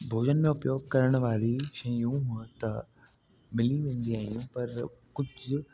भोजन में उपयोग करण वारी शयूं उह त मिली वेंदी हुयूं पर कुझु